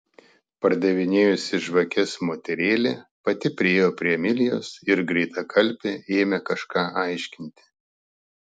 pardavinėjusi žvakes moterėlė pati priėjo prie emilijos ir greitakalbe ėmė kažką aiškinti